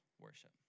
worship